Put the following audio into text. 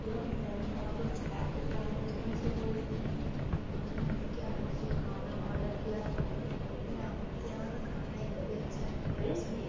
hello ma'am आपको Chhaya Kushwaha restaurant से बोल रही हैं हमने आपके यहाँ से खाना ऑर्डर किया था लेकिन आपके यहाँ का खाना एक भी अच्छा नहीं है उसमें